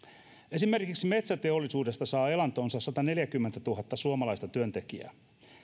esimerkiksi metsäteollisuudesta saa elantonsa sataneljäkymmentätuhatta suomalaista työntekijää